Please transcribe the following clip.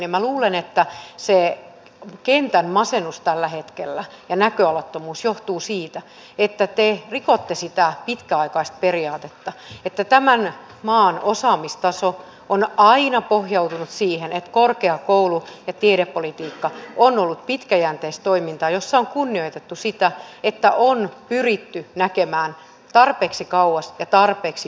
minä luulen että se kentän masennus ja näköalattomuus tällä hetkellä johtuu siitä että te rikotte sitä pitkäaikaista periaatetta että tämän maan osaamistaso on aina pohjautunut siihen että korkeakoulu ja tiedepolitiikka on ollut pitkäjänteistä toimintaa jossa on kunnioitettu sitä että on pyritty näkemään tarpeeksi kauas ja tarpeeksi monin silmin